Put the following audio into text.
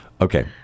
Okay